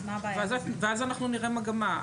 אז אנחנו נראה מגמה.